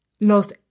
Los